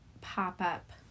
pop-up